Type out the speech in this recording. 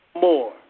more